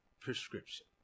prescription